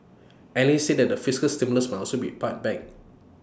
analysts say the fiscal stimulus might also be pared back